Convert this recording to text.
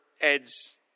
Ed's